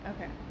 okay